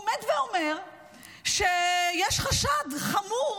עומד ואומר שיש חשד חמור